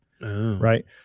Right